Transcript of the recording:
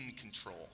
control